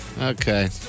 Okay